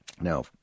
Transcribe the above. Now